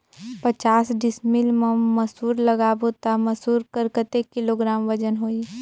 पचास डिसमिल मा मसुर लगाबो ता मसुर कर कतेक किलोग्राम वजन होही?